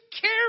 care